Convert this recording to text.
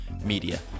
media